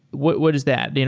what what is that? and